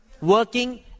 working